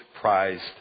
prized